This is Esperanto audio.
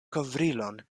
kovrilon